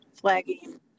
flagging